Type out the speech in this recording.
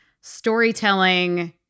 storytelling